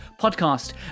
podcast